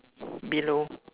below